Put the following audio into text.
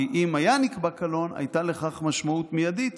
כי אם היה נקבע קלון, הייתה לכך משמעות מיידית